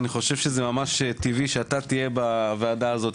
אני חושב שזה ממש טבעי שאתה תהיה בוועדה הזאת.